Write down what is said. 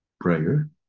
prayer